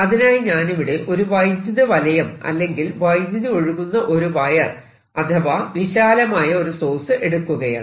അതിനായി ഞാനിവിടെ ഒരു വൈദ്യുത വലയം അല്ലെങ്കിൽ വൈദ്യുതി ഒഴുകുന്ന ഒരു വയർ അഥവാ വിശാലമായ ഒരു സോഴ്സ് എടുക്കുകയാണ്